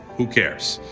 who cares?